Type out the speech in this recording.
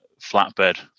flatbed